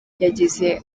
yagize